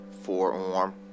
forearm